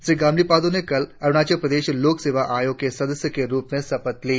श्री गमली पादु ने कल अरुणाचल प्रदेश लोक सेवा आयोग के सदस्य के रुप में शपथ ली